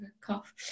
cough